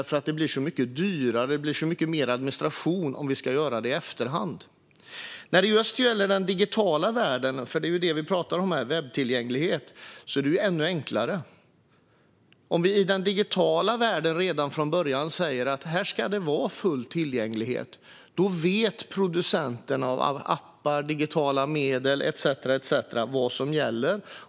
För det blir mycket dyrare och mycket mer administration om vi ska göra det i efterhand. När det gäller den digitala världen - det är ju webbtillgänglighet som vi talar om här - är det ännu enklare. Om vi i fråga om den digitala världen redan från början säger att det ska vara full tillgänglighet vet producenterna av appar, digitala medel etcetera vad som gäller.